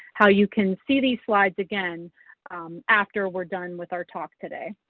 how you can see these slides again after we're done with our talk today.